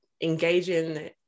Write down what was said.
engaging